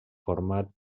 format